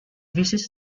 visits